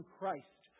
Christ